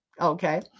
Okay